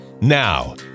Now